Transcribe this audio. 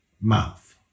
mouth